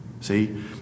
see